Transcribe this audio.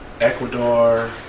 Ecuador